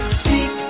speak